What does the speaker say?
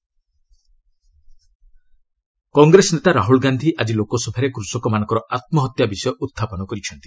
LS Rahul Gandhi Congress ନେତା ରାହୁଲ ଗାନ୍ଧି ଆଜି ଲୋକସଭାରେ କୃଷକମାନଙ୍କର ଆତ୍କୁହତ୍ୟା ବିଷୟ ଉହାପନ କରିଛନ୍ତି